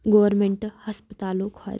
government ہَسپَتالو کھۄتہٕ